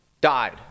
died